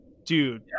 Dude